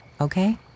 okay